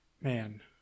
man